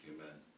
Amen